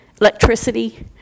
electricity